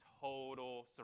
total